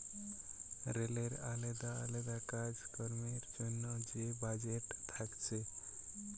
রেলের আলদা আলদা কাজ কামের জন্যে যে বাজেট থাকছে